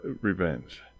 revenge